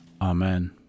Amen